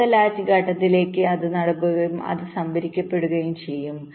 അടുത്ത ലാച്ച് ഘട്ടത്തിലേക്ക് അത് നൽകുകയും അത് സംഭരിക്കപ്പെടുകയും ചെയ്യും